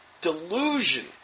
delusion